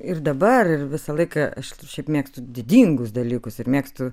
ir dabar ir visą laiką aš šiaip mėgstu didingus dalykus ir mėgstu